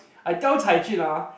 I tell Cai-Jun ah